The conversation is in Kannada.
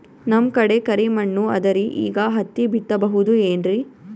ನಮ್ ಕಡೆ ಕರಿ ಮಣ್ಣು ಅದರಿ, ಈಗ ಹತ್ತಿ ಬಿತ್ತಬಹುದು ಏನ್ರೀ?